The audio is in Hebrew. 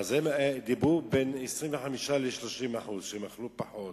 הם אמרו שהם אכלו בין 25% ל-30% פחות.